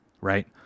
right